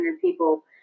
people